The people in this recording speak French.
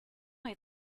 est